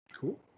Cool